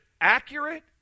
accurate